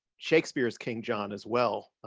shakespeare's king john as well,